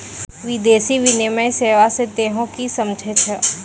विदेशी विनिमय सेवा स तोहें कि समझै छौ